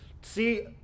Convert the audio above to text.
see